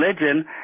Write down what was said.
religion